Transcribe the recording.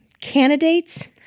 candidates